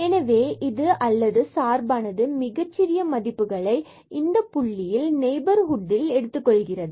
எனவே இது அல்லது சார்பானது மிகச்சிறிய மதிப்புகளை இந்த Pab புள்ளியில் நெய்பர்ஹுட்டுகளில் எடுத்துக்கொள்கிறது